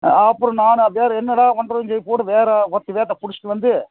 அப்புறம் நான் வேறு என்னடா பண்ணுறதுன்னு சொல்லி போயிவிட்டு வேறு பத்து பேர்த்தை பிடிச்சிட்டு வந்து